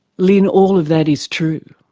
lynne, all of that is true.